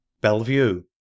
Bellevue